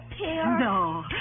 No